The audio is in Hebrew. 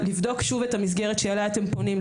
לבדוק שוב את המסגרת שאליה אתם פונים,